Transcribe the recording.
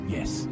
Yes